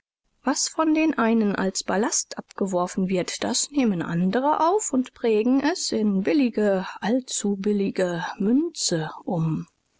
was von den einen als ballast abgeworfen wird das nehmen andere auf u prägen es in billige allzu billige münze um